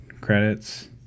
credits